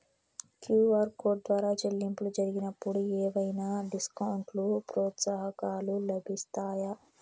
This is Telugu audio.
క్యు.ఆర్ కోడ్ ద్వారా చెల్లింపులు జరిగినప్పుడు ఏవైనా డిస్కౌంట్ లు, ప్రోత్సాహకాలు లభిస్తాయా?